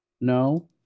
No